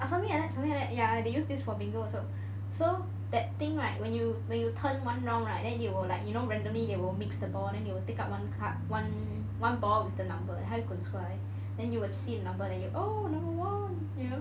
ah something like something like that ya they use this for bingo also so that thing right when you when you turn one round right then you will like you know randomly they will mix the ball then you will take up one card one one ball with the number 它会滚出来 then you will see a number then you will oh number one